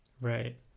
Right